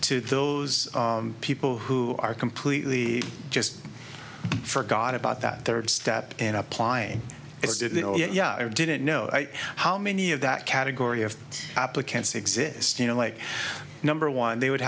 to those people who are completely just forgot about that third step and applying it yeah i didn't know how many of that category of applicants exist you know like number one they would